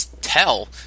tell